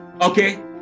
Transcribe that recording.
Okay